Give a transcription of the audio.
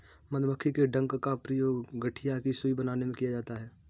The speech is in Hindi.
मधुमक्खी के डंक का प्रयोग गठिया की सुई बनाने में किया जाता है